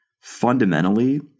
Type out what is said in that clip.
fundamentally